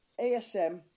ASM